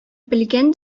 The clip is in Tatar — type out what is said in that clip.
белгән